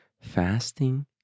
fasting